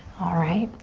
alright,